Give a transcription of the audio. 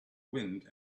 wind